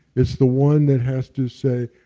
it's the one that has to say,